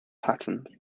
patterns